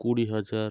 কুড়ি হাজার